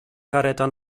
kareta